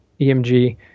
EMG